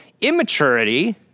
immaturity